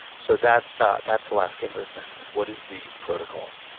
so that's ah that's the last game, rhythmicity. what is the protocol?